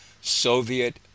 Soviet